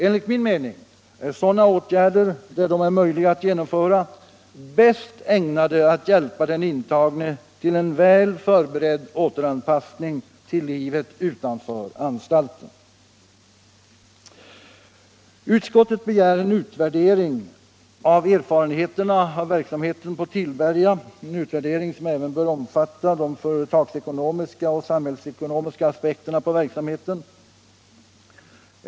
Enligt min mening är sådana åtgärder, där de är möjliga att genomföra, bäst ägnade att hjälpa den intagne till en väl förberedd återanpassning till livet utanför anstalten. Utskottet begär en utvärdering av erfarenheterna av verksamheten på Tillberga, en utvärdering som också bör omfatta de företagsekonomiska och samhällsekonomiska aspekterna på verksamheten.